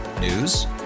News